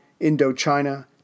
Indochina